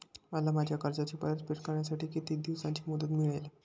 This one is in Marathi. मला माझ्या कर्जाची परतफेड करण्यासाठी किती दिवसांची मुदत मिळेल?